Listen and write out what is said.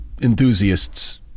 enthusiasts